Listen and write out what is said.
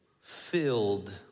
filled